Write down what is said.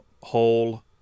hole